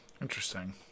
interesting